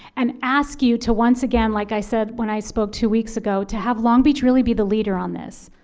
and ask you to once again, like i said when i spoke two weeks ago, to have long beach really be the leader on this.